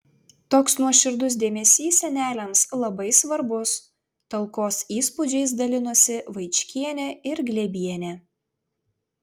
toks nuoširdus dėmesys seneliams labai svarbus talkos įspūdžiais dalinosi vaičkienė ir glėbienė